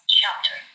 chapter